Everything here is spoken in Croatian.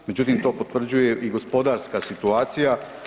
Međutim, to potvrđuje i gospodarska situacija.